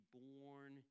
born